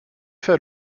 fait